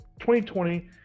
2020